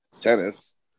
tennis